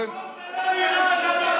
פה זה לא איראן, לאיראן.